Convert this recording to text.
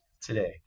today